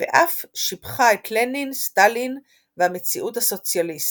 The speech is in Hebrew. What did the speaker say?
ואף שיבחה את לנין, סטלין והמציאות הסוציאליסטית.